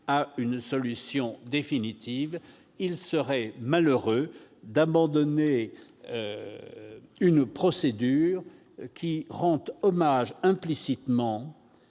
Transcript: à une solution définitive. Il serait malheureux d'abandonner une procédure qui rend implicitement